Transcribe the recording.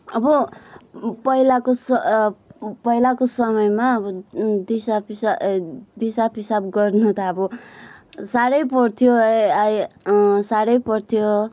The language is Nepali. अब पहिलाको स पहिलाको समयमा अब दिसा पिसा दिसा पिसाब गर्नु त अब साह्रै पर्थ्यो साह्रै पर्थ्यो